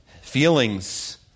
Feelings